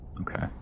Okay